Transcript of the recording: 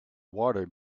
water